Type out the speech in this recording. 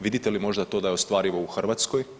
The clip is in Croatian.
Vidite li možda to da je ostvarivo u Hrvatskoj.